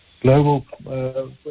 global